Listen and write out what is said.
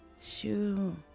Shoo